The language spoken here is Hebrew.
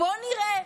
בוא נראה.